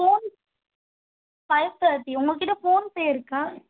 phone five thirty உங்கள்கிட்ட PhonePe இருக்கா